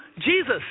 Jesus